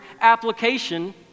application